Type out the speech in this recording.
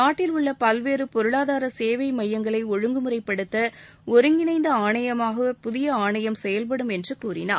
நாட்டில் உள்ள பல்வேறு பொருளாதார சேவை மையங்களை ஒழுங்குமுறை படுத்த ஒருங்கிணைந்த ஆணையமாக புதிய ஆணையம் செயல்படும் என்று கூறினார்